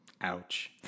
Ouch